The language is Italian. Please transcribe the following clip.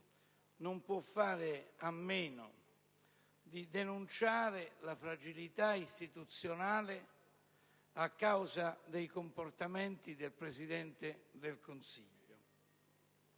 non può fare a meno di denunciare la fragilità istituzionale causata dai comportamenti del Presidente del Consiglio.